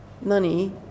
money